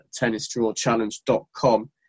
TennisDrawChallenge.com